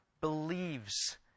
believes